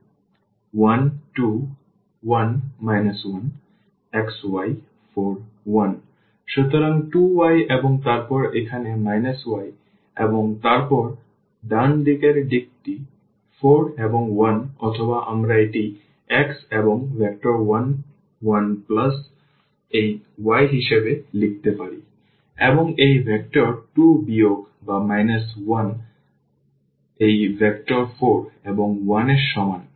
1 2 1 1 x y 4 1 সুতরাং 2y এবং তারপর এখানে y এবং তারপরে ডান দিকের দিকটি 4 এবং 1 অথবা আমরা এটি x এবং ভেক্টর 1 1 প্লাস এই y হিসাবে লিখতে পারি এবং এই ভেক্টর 2 বিয়োগ 1 এই ভেক্টর 4 এবং 1 এর সমান